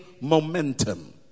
momentum